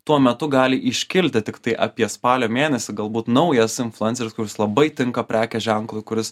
tuo metu gali iškilti tiktai apie spalio mėnesį galbūt naujas influenceris kuris labai tinka prekės ženklui kuris